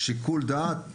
שיקול הדעת הוא שלי.